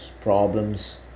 problems